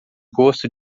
gosto